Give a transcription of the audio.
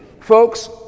Folks